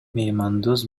меймандос